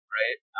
right